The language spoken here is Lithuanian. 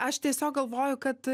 aš tiesiog galvoju kad